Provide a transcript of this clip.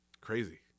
crazy